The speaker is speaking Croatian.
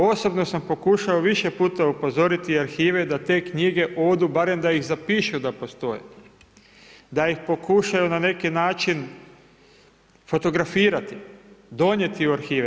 Osobno sam pokušao više puta upozoriti arhive da te knjige odu barem da ih zapišu da postoje, da ih pokušaju na neki način fotografirati, donijeti u arhive.